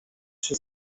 się